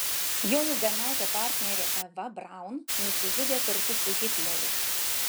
jo ilgametė partnerė eva braun nusižudė kartu su hitleriu